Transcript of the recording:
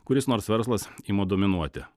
kuris nors verslas ima dominuoti